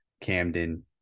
camden